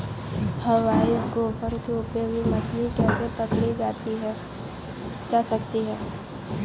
हवाई गोफन के उपयोग से मछली कैसे पकड़ी जा सकती है?